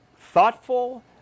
thoughtful